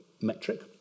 metric